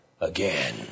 again